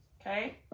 okay